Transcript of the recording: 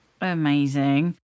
amazing